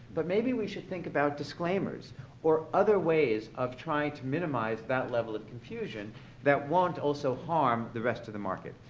but maybe we should think about disclaimers or other ways of trying to minimize that level of confusion that won't also harm the rest of the market.